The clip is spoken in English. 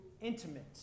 intimate